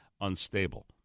unstable